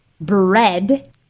bread